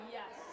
Yes